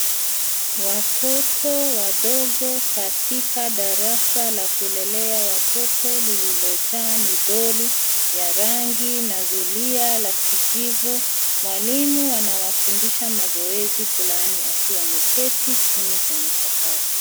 Watoto wadogo katika darasa la kulelea watoto lilojaa midoli ya rangi na zulia la kijivu. Mwalimu anawafundisha mazoezi fulani akiwa ameketi kwenye sakafu.